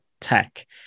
tech